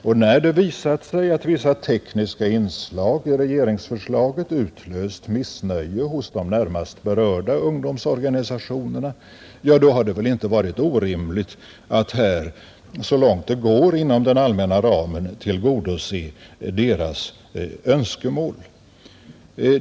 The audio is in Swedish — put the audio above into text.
Och när det visade sig att vissa tekniska inslag i regeringsförslaget utlöst missnöje hos de närmast berörda ungdomsorganisationerna, har det väl inte varit orimligt att här, så långt det går inom den allmänna ramen, tillgodose deras önskemål.